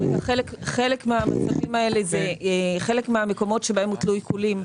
חלק מהמקומות שבהם הוטלו עיקולים,